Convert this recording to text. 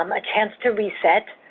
um a chance to reset,